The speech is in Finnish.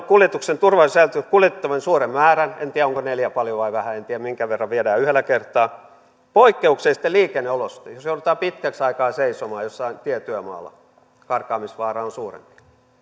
kuljetuksen turvallisuuden säilyttäminen kuljetettavien suuren määrän en tiedä onko neljä paljon vai vähän en tiedä minkä verran viedään yhdellä kertaa poikkeuksellisten liikenneolosuhteiden jos joudutaan pitkäksi aikaa seisomaan jossain tietyömaalla karkaamisvaara on suurempi